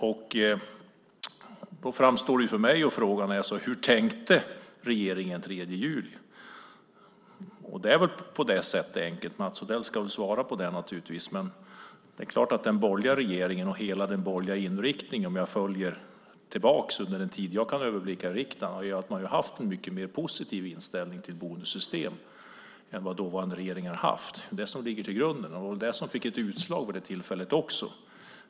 Då framstår en fråga för mig: Hur tänkte regeringen den 3 juli? Mats Odell ska väl få svara på det, men det är klart att den borgerliga regeringen och hela den borgerliga inriktningen, om jag går tillbaka den tid jag kan överblicka här i riksdagen, är att man har haft en mycket mer positiv inställning till bonussystem än vad tidigare regeringar har haft. Det är det som är grunden och som också gjorde utslag vid det tillfället.